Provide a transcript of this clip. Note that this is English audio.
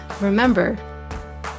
remember